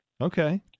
Okay